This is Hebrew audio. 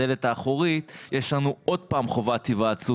בדלת האחורית יש לנו עוד פעם חובת היוועצות